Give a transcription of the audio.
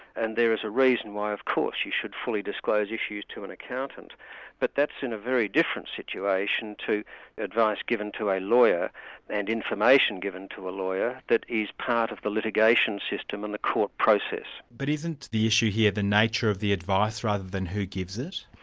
and there is a reason why of course you should fully disclose issues to an accountant but that's in a very different situation to advice given to a lawyer and information given to a lawyer that is part of the litigation system and the court process. but isn't the issue here the nature of the advice rather than who gives it?